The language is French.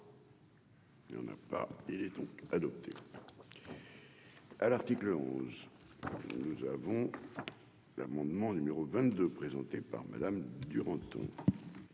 Et on n'a pas été adopté. à l'article 11 nous avons l'amendement numéro 22 présentée par Madame Duranton.